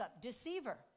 deceiver